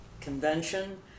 convention